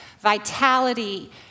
vitality